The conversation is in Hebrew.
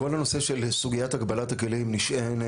כל הנושא של סוגיית הגבלת הכלים נשענת